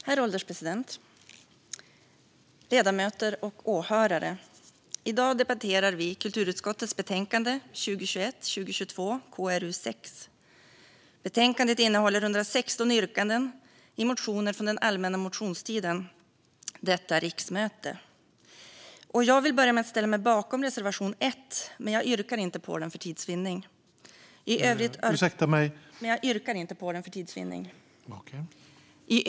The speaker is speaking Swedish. Herr ålderspresident, ledamöter och åhörare! I dag debatterar vi kulturutskottets betänkande 2021/22:KrU6. Betänkandet innehåller 116 yrkanden i motioner från den allmänna motionstiden under detta riksmöte. Jag vill börja med att ställa mig bakom reservation 1, men för tids vinning yrkar jag inte bifall till den.